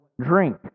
drink